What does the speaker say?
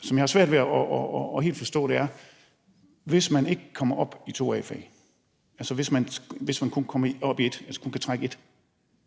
som jeg har svært ved helt at forstå, er: Hvis man ikke kommer op i to A-fag, altså hvis man